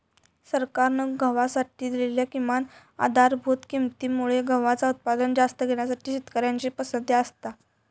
सरकारान गव्हासाठी दिलेल्या किमान आधारभूत किंमती मुळे गव्हाचा उत्पादन जास्त घेण्यासाठी शेतकऱ्यांची पसंती असता